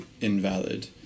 invalid